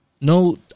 No